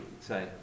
say